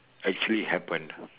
actually happen